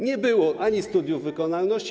Nie było studiów wykonalności.